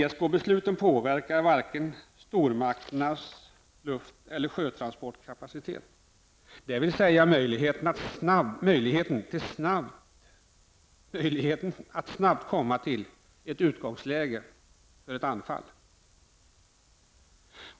ESK-besluten påverkar varken stormakternas luft eller sjötransportkapacitet, dvs. möjligheten att snabbt komma till ett utgångsläge för ett anfall.